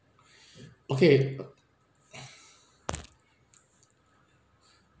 okay